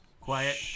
Quiet